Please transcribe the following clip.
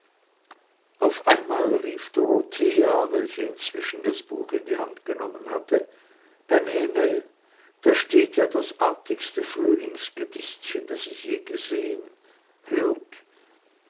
auf einmal rief dorothea welche inzwischen das buch in die hand genommen hatte beim himmel da steht das artigste frühlingsliedchen das ich je gesellen hört